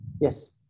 yes